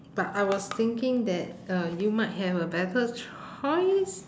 but I was thinking that uh you might have a better choice